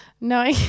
No